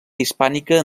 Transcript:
hispànica